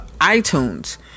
iTunes